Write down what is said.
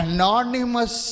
Anonymous